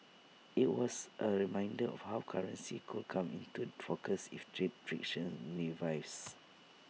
IT was A reminder of how currency could come into focus if trade friction revives